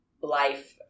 life